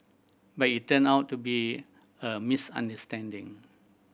but it turned out to be a misunderstanding